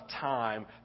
time